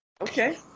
Okay